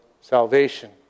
salvation